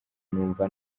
numva